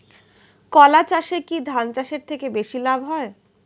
কলা চাষে কী ধান চাষের থেকে বেশী লাভ হয়?